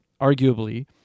arguably